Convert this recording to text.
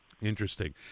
Interesting